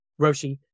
Roshi